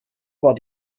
war